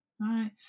right